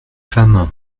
femme